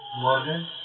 Morgan